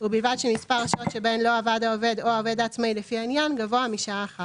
ובלבד שהתקיים בעובדו שנעדר התנאי האמור בפסקה (1).